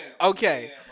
Okay